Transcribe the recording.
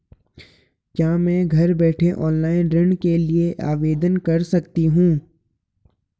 क्या मैं घर बैठे ऑनलाइन ऋण के लिए आवेदन कर सकती हूँ?